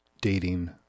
dating